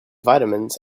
vitamins